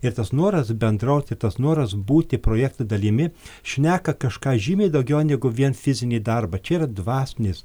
ir tas noras bendrauti tas noras būti projekto dalimi šneka kažką žymiai daugiau negu vien fizinį darbą čia yra dvasinis